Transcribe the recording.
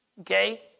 okay